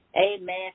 Amen